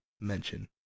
mention